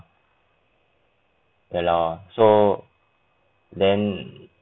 ya lor so then